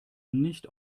nicht